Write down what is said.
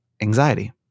anxiety